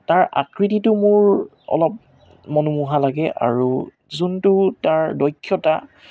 তাৰ আকৃতিটো মোৰ অলপ মনোমোহা লাগে আৰু যোনটো তাৰ দক্ষতা